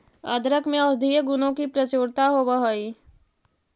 अदरक में औषधीय गुणों की प्रचुरता होवअ हई